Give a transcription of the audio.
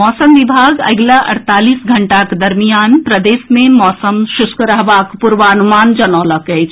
मौसम विभाग अगिला अड़तालीस घंटाक दरमियान प्रदेश मे मौसम शुष्क रहबाक पूर्वानुमान जनौलक अछि